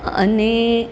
અને